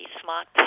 smart